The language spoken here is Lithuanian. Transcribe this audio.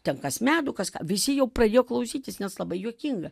ten kas medų kas ką visi jau pradėjo klausytis nes labai juokinga